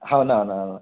हो ना हो ना हो ना